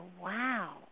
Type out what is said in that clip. wow